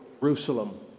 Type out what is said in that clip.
Jerusalem